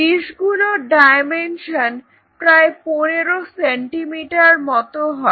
ডিশগুলোর dimension প্রায় পনেরো centimetre মত হয়